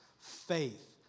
faith